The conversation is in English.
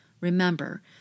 Remember